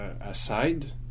aside